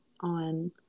on